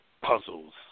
puzzles